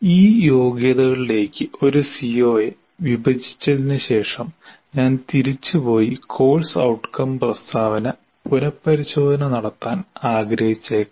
ഈ യോഗ്യതകളിലേക്ക് ഒരു സിഒയെ വിഭജിച്ചതിനുശേഷം ഞാൻ തിരിച്ചുപോയി കോഴ്സ് ഔട്ട്കം പ്രസ്താവന പുനഃപരിശോധന നടത്താൻ ആഗ്രഹിച്ചേക്കാം